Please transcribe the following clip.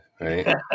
right